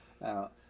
Now